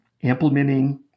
implementing